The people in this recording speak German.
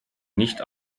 nicht